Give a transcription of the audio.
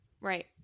Right